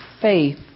faith